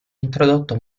introdotto